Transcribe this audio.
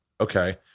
okay